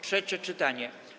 Trzecie czytanie.